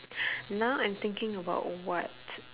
now I'm thinking about what